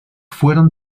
fueron